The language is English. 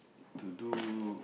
to do